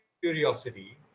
curiosity